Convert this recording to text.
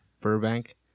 Burbank